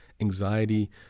anxiety